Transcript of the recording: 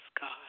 God